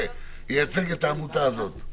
אישי,